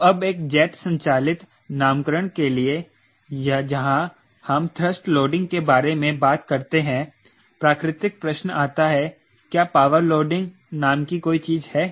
तो अब एक जेट संचालित नामकरण के लिए जहां हम थ्रस्ट लोडिंग के बारे में बात करते हैं प्राकृतिक प्रश्न आता है क्या पावर लोडिंग नाम की कोई चीज है